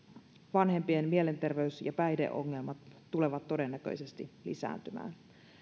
vanhempien mielenterveys ja päihdeongelmat tulevat todennäköisesti lisääntymään